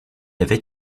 avait